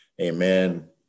amen